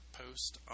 post